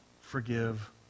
forgive